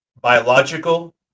biological